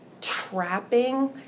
trapping